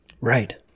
Right